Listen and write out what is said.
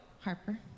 Harper